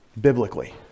Biblically